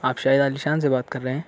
آپ شاید عالیشان سے بات کر رہے ہیں